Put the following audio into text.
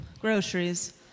groceries